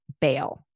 bail